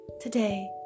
today